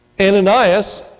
Ananias